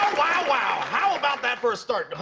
wow! how about that for a start, huh,